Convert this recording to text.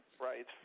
Right